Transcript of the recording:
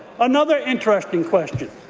another interesting question.